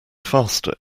faster